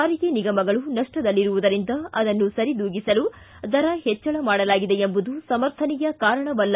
ಸಾರಿಗೆ ನಿಗಮಗಳು ನಷ್ಟದಲ್ಲಿರುವುದರಿಂದ ಅದನ್ನು ಸರಿದೂಗಿಸಲು ದರ ಹೆಚ್ಚಳ ಮಾಡಲಾಗಿದೆ ಎಂಬುದು ಸಮರ್ಥನಿಯ ಕಾರಣವಲ್ಲ